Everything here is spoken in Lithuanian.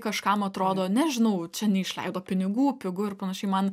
kažkam atrodo nežinau čia neišleido pinigų pigu ir panašiai man